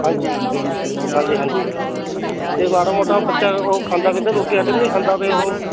ਹਾਂਜੀ ਹਾਂਜੀ ਹਾਂਜੀ ਅਤੇ ਮਾੜਾ ਮੋਟਾ ਬੱਚਾ ਉਹ ਖਾਂਦਾ ਪੀਂਦਾ ਰੋਟੀ ਰਾਟੀ ਵੀ ਨਹੀਂ ਖਾਂਦਾ ਅਤੇ ਉਹ